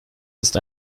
ist